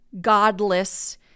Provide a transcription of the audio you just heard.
godless